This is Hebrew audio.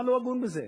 מה לא הגון בזה?